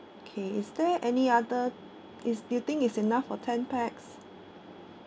okay is there any other is do you think is enough for ten pax